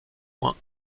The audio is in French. moins